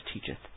teacheth